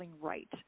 right